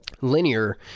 linear